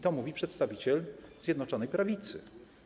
To mówi przedstawiciel Zjednoczonej Prawicy.